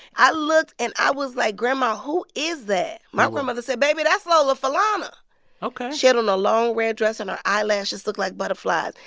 i looked, and i was like, grandma, who is that? my grandmother said, baby, that's lola falana ok she had on a long red dress, and her eyelashes looked like butterflies.